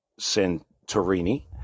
Santorini